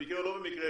במקרה או לא במקרה,